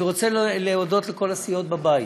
אני רוצה להודות לכל הסיעות בבית,